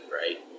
right